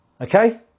Okay